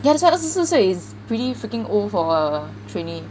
yeah that's why 二十四岁 is pretty freaking old for a trainee